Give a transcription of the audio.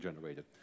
generated